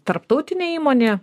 tarptautinė įmonė